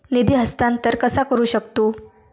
निधी हस्तांतर कसा करू शकतू?